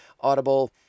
Audible